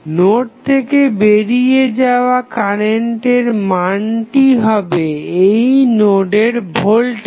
node থেকে বেরিয়ে যাওয়া কারেন্টের মানটি হবে এই নোডের ভোল্টেজ